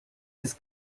his